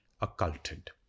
occulted